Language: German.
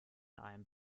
einem